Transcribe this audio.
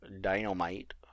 Dynamite